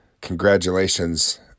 Congratulations